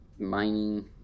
Mining